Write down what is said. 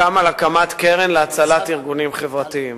סוכם על הקמת קרן להצלת ארגונים חברתיים.